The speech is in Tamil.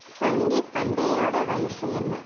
சங்கி பண்டேயோட வயசு என்ன